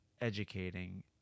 educating